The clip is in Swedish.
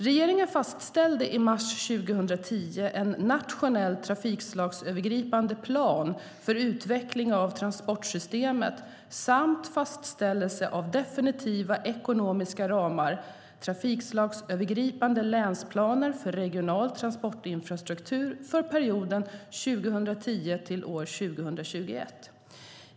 Regeringen fastställde i mars 2010 en nationell trafikslagsövergripande plan för utveckling av transportsystemet samt fastställelse av definitiva ekonomiska ramar för trafikslagsövergripande länsplaner för regional transportinfrastruktur för perioden 2010-2021.